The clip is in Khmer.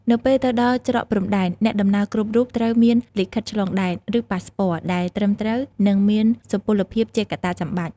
នៅពេលទៅដល់ច្រកព្រំដែន អ្នកដំណើរគ្រប់រូបត្រូវមានលិខិតឆ្លងដែន ឬប៉ាសស្ព័រដែលត្រឹមត្រូវនិងមានសុពលភាពជាកត្តាចាំបាច់។